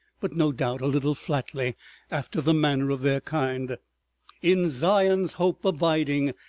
but no doubt a little flatly after the manner of their kind in zion's hope abiding,